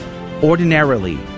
ordinarily